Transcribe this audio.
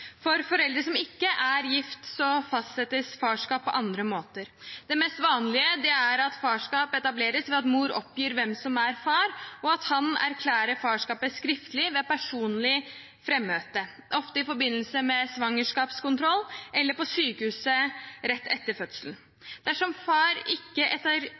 gift, fastsettes farskap på andre måter. Det mest vanlige er at farskap etableres ved at mor oppgir hvem som er far, og at han erklærer farskapet skriftlig ved personlig frammøte, ofte i forbindelse med svangerskapskontroll eller på sykehuset rett etter fødselen. Dersom far ikke